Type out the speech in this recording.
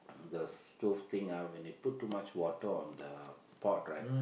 the stove thing ah when you put too much water on the pot right